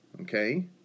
okay